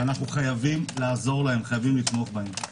שאנו חייבים לתמוך בהם.